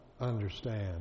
understand